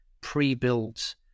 pre-built